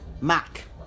Mac